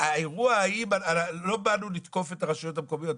לא באנו לתקוף את הרשויות המקומיות,